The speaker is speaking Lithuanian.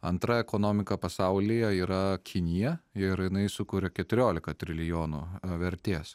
antra ekonomika pasaulyje yra kinija ir jinai sukuria keturiolika trilijonų vertės